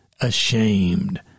ashamed